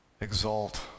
exalt